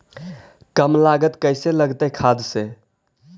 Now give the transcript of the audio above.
कम लागत कैसे लगतय खाद से?